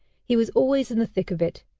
he was always in the thick of it.